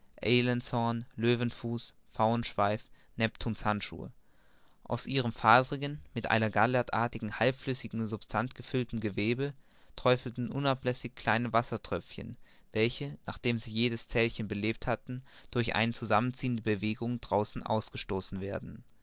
pfauenschweif neptunshandschuhe aus ihrem faserigen mit einer gallertartigen halbflüssigen substanz gefüllten gewebe träufelten unablässig kleine wassertröpfchen welche nachdem sie jedes zellchen belebt hatten durch eine zusammenziehende bewegung daraus ausgestoßen werden